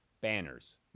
Banners